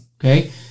okay